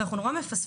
ואנחנו נורא חוששים